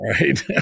right